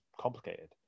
complicated